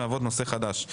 אמורה להוות נושא חדש.